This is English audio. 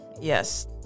Yes